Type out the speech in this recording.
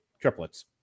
triplets